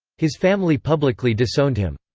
his family publicly disowned him.